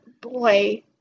boy